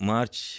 March